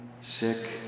sick